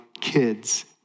kids